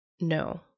No